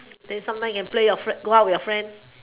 then sometime you can play with your friend go out with your friend